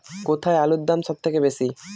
কোথায় আলুর দাম সবথেকে বেশি?